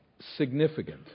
significant